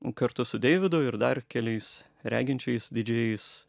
kartu su deividu ir dar keliais reginčiais didžėjais